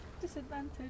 Disadvantage